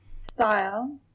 style